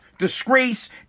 disgrace